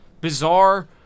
bizarre